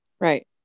Right